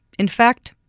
in fact,